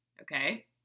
Okay